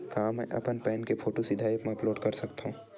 का मैं अपन पैन के फोटू सीधा ऐप मा अपलोड कर सकथव?